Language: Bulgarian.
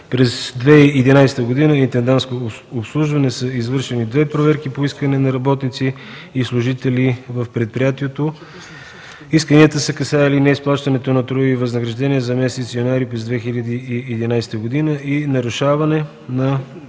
През 2011 г. в „Интендантско обслужване” са извършени две проверки по искане на работници и служители в предприятието. Исканията са касаели неизплащане на трудовите възнаграждения за месец януари 2011 г. и нарушение,